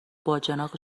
باجناق